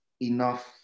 enough